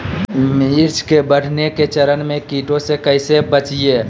मिर्च के बढ़ने के चरण में कीटों से कैसे बचये?